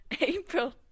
April